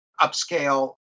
upscale